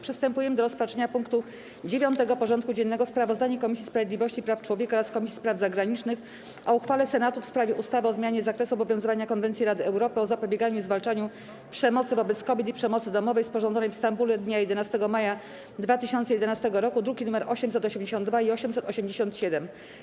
Przystępujemy do rozpatrzenia punktu 9. porządku dziennego: Sprawozdanie Komisji Sprawiedliwości i Praw Człowieka oraz Komisji Spraw Zagranicznych o uchwale Senatu w sprawie ustawy o zmianie zakresu obowiązywania Konwencji Rady Europy o zapobieganiu i zwalczaniu przemocy wobec kobiet i przemocy domowej, sporządzonej w Stambule dnia 11 maja 2011 r. (druki nr 882 i 887)